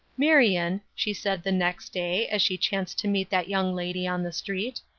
marion, she said the next day as she chanced to meet that young lady on the street,